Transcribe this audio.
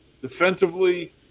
Defensively